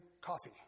coffee